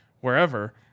wherever